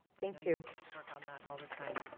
thank you work on that all the time